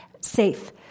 safe